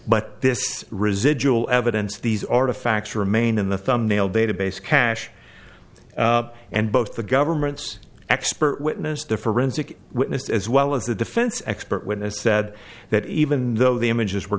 but this residual evidence these artifacts remain in the thumbnail database cache and both the government's expert witness the forensic witness as well as the defense expert witness said that even though the images were